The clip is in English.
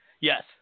Yes